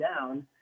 down